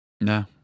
No